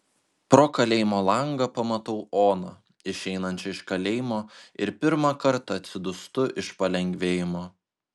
pro kalėjimo langą pamatau oną išeinančią iš kalėjimo ir pirmą kartą atsidūstu iš palengvėjimo